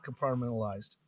compartmentalized